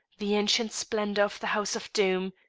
the ancient splendour of the house of doom,